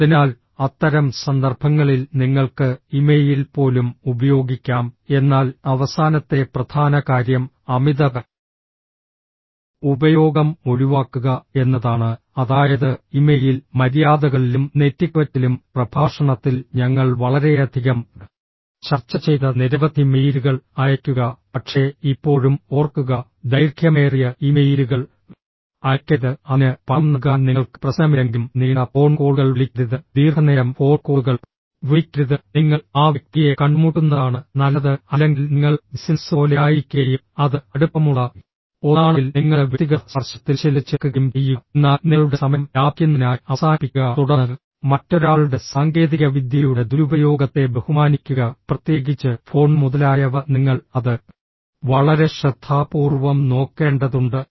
അതിനാൽ അത്തരം സന്ദർഭങ്ങളിൽ നിങ്ങൾക്ക് ഇമെയിൽ പോലും ഉപയോഗിക്കാം എന്നാൽ അവസാനത്തെ പ്രധാന കാര്യം അമിത ഉപയോഗം ഒഴിവാക്കുക എന്നതാണ് അതായത് ഇമെയിൽ മര്യാദകളിലും നെറ്റിക്വറ്റിലും പ്രഭാഷണത്തിൽ ഞങ്ങൾ വളരെയധികം ചർച്ച ചെയ്ത നിരവധി മെയിലുകൾ അയയ്ക്കുക പക്ഷേ ഇപ്പോഴും ഓർക്കുക ദൈർഘ്യമേറിയ ഇമെയിലുകൾ അയയ്ക്കരുത് അതിന് പണം നൽകാൻ നിങ്ങൾക്ക് പ്രശ്നമില്ലെങ്കിലും നീണ്ട ഫോൺ കോളുകൾ വിളിക്കരുത് ദീർഘനേരം ഫോൺ കോളുകൾ വിളിക്കരുത് നിങ്ങൾ ആ വ്യക്തിയെ കണ്ടുമുട്ടുന്നതാണ് നല്ലത് അല്ലെങ്കിൽ നിങ്ങൾ ബിസിനസ്സ് പോലെയായിരിക്കുകയും അത് അടുപ്പമുള്ള ഒന്നാണെങ്കിൽ നിങ്ങളുടെ വ്യക്തിഗത സ്പർശനത്തിൽ ചിലത് ചേർക്കുകയും ചെയ്യുക എന്നാൽ നിങ്ങളുടെ സമയം ലാഭിക്കുന്നതിനായി അവസാനിപ്പിക്കുക തുടർന്ന് മറ്റൊരാളുടെ സാങ്കേതികവിദ്യയുടെ ദുരുപയോഗത്തെ ബഹുമാനിക്കുക പ്രത്യേകിച്ച് ഫോൺ മുതലായവ നിങ്ങൾ അത് വളരെ ശ്രദ്ധാപൂർവ്വം നോക്കേണ്ടതുണ്ട്